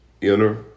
inner